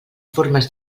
formes